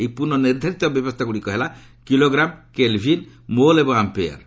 ଏହି ପୁନଃ ନିର୍ଦ୍ଧାରିତ ବ୍ୟବସ୍ଥାଗୁଡ଼ିକ ହେଲା କିଲୋଗ୍ରାମ କେଲ୍ଭିନ୍ ମୋଲ୍ ଏବଂ ଆମ୍ପିୟର୍